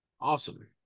awesome